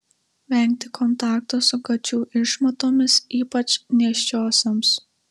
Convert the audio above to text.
vengti kontakto su kačių išmatomis ypač nėščiosioms